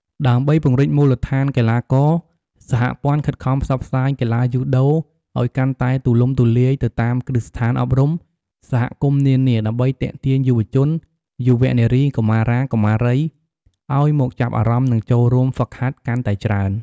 ដើម្បីពង្រីកមូលដ្ឋានកីឡាករ សហព័ន្ធខិតខំផ្សព្វផ្សាយកីឡាយូដូឲ្យកាន់តែទូលំទូលាយទៅតាមគ្រឹះស្ថានអប់រំ និងសហគមន៍នានា ដើម្បីទាក់ទាញយុវជន យុវនារី កុមារា កុមារី ឲ្យមកចាប់អារម្មណ៍ និងចូលរួមហ្វឹកហាត់កាន់តែច្រើន ។